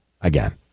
again